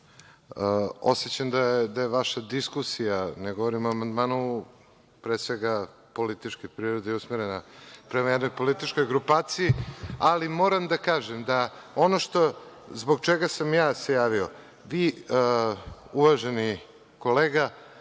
osećam da je vaša diskusija, ne govorim o amandmanu, političke prirode i usmerena prema jednoj političkoj grupaciji, ali moram da kažem da ono zbog čega sam se ja javio, vi uvaženi kolega,